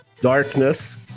darkness